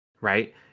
right